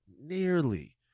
nearly